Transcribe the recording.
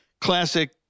classic